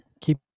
keep